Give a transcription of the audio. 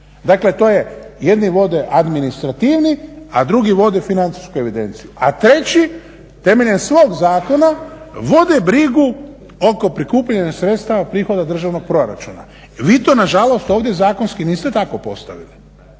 Dakle, to je jedni vode administrativni, a drugi vode financijsku evidenciju, a treći temeljem svog zakona vode brigu oko prikupljanja sredstava prihoda državnog proračuna. Vi to na žalost ovdje zakonski niste tako postavili.